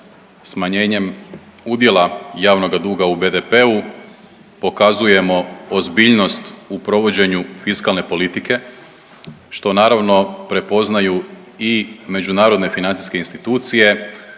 Smanjenjem udjela javnoga duga u BDP-u pokazujemo ozbiljnost u provođenju fiskalne politike što naravno prepoznaju i međunarodne financijske institucije